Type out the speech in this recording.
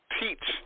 teach